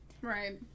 Right